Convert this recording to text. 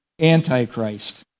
Antichrist